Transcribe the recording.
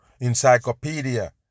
encyclopedia